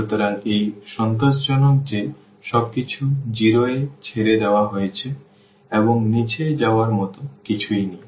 সুতরাং এটা সন্তোষজনক যে সবকিছু 0 এ ছেড়ে দেওয়া হয়েছে এবং নীচে যাওয়ার মতো কিছুই নেই